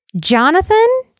Jonathan